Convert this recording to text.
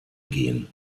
gehen